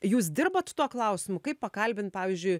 jūs dirbat tuo klausimu kaip pakalbint pavyzdžiui